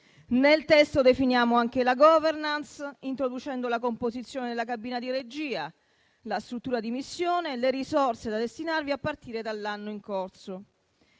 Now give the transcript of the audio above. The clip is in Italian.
Nel testo definiamo anche la *governance* introducendo la composizione della cabina di regia, la struttura di missione, le risorse da destinarvi a partire dall'anno in corso.